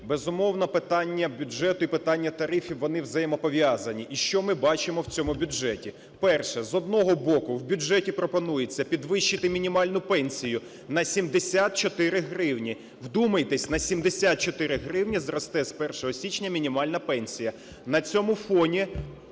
Безумовно, питання бюджету і питання тарифів, вони взаємопов'язані. І що ми бачимо в цьому бюджеті? Перше. З одного боку, в бюджеті пропонується підвищити мінімальну пенсію на 74 гривні. Вдумайтеся: на 74 гривні зросте з 1 січня мінімальна пенсія! На цьому фоні